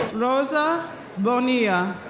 rosa bonilla.